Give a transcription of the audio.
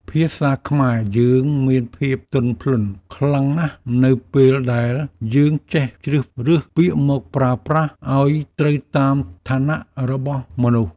ភាសាខ្មែរយើងមានភាពទន់ភ្លន់ខ្លាំងណាស់នៅពេលដែលយើងចេះជ្រើសរើសពាក្យមកប្រើប្រាស់ឱ្យត្រូវតាមឋានៈរបស់មនុស្ស។